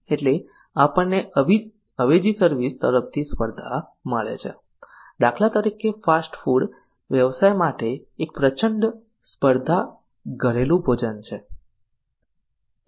છેલ્લે આપણને અવેજી સર્વિસ તરફથી સ્પર્ધા મળે છે દાખલા તરીકે ફાસ્ટ ફૂડ વ્યવસાય માટે એક પ્રચંડ સ્પર્ધા ઘરેલું ભોજન છે